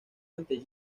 ante